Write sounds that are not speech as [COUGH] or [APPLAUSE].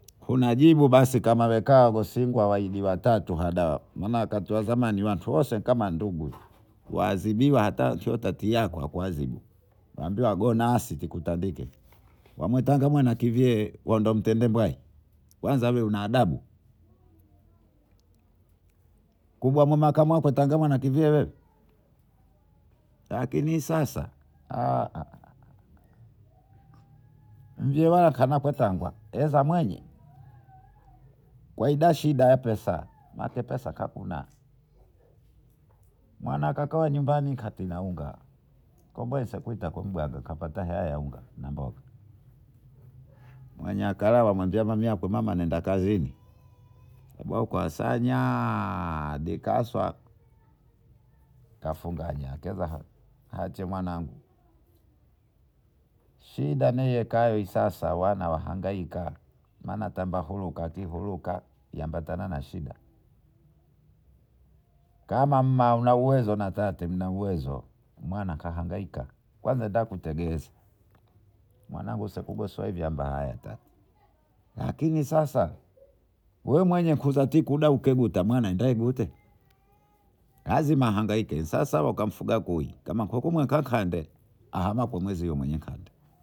Unajibu basi kama weka wesingo wahijuata Heda maana wakati wa zamani watu kama wose kama nyenu. Wahazibiwa hata watiacho wazibu wambiawagonasi kikutandike wamwitamwana kivye wendio mtende bwai kwanza wee una adabu [UNINTELLIGIBLE] lakini sasa [HESITATION] vyeya kanakutanga hezamwenye? Kwa idashida ya pesa maana ake pesa hakuna mwanakae nyumbani katina unga kubweza kupitakapata hela ya unga na mboga. mwenye akalawa kamwambia mamiyaki nendakazini kabauka [HESITATION] ndikaswa kafungaswa atie mwanangu. Shida nehekayo sasa wana wahangaika maana tambahuruka atie huruka ikiambatana na shida. Kama muma mnauwezo natate munawezo makahangaika kwanza takutegeza mwanangu seguso sahivi haya mbati. Lakini sasa wee mwenye kuzati kudakudekuta mwana nda igutwe lazima ahangaike sasa akamfugakui kamakukukamakande ahama kwamwezimwenye kande.